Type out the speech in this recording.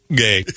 gay